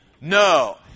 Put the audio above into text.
No